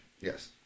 yes